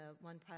One